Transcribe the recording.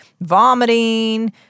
vomiting